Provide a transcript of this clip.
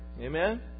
amen